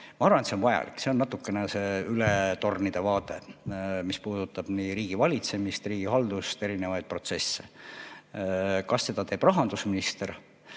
Ma arvan, et see on vajalik, see on natukene üle tornide vaade, mis puudutab nii riigivalitsemist, riigihaldust kui ka erinevaid protsesse. Kas seda teeb rahandusminister?